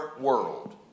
world